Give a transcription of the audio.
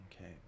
Okay